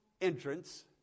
entrance